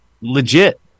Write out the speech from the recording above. legit